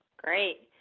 great.